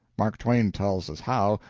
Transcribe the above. mark twain tells us how,